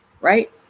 right